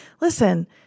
listen